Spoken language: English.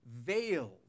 veiled